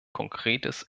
konkretes